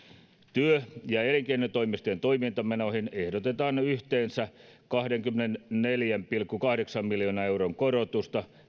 työ ja elinkeinotoimistojen toimintamenoihin ehdotetaan yhteensä kahdenkymmenenneljän pilkku kahdeksan miljoonan euron korotusta